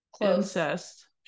incest